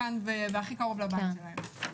נדון בהן,